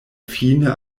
fine